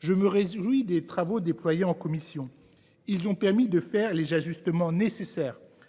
je me réjouis des travaux déployés en commission. Ils ont permis d’introduire les ajustements nécessaires